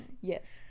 Yes